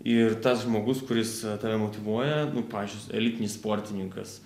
ir tas žmogus kuris tave motyvuoja nu pavyzdžiui elitinis sportininkas